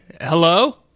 Hello